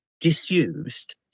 disused